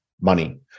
money